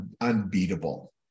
unbeatable